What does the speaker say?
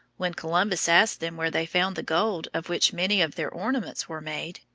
when columbus asked them where they found the gold of which many of their ornaments were made,